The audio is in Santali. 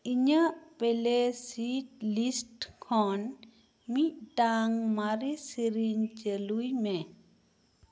ᱤᱧᱟᱹᱜ ᱯᱞᱮ ᱞᱤᱥᱴ ᱠᱷᱚᱱ ᱢᱤᱫᱴᱟᱝ ᱢᱟᱨᱮ ᱥᱮᱨᱮᱧ ᱪᱟᱹᱞᱩᱭ ᱢᱮ